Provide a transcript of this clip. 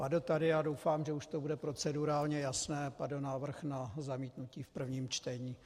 Padl tady, a já doufám, že už to bude procedurálně jasné, návrh na zamítnutí v prvním čtení.